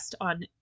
on